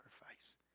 sacrifice